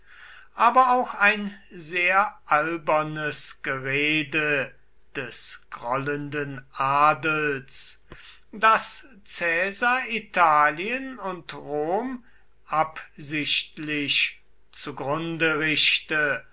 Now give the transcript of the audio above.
aber auch sehr albernes gerede des grollenden adels daß caesar italien und rom absichtlich zugrunde richte